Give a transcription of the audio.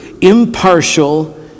impartial